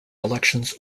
elections